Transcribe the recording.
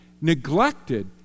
neglected